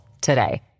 today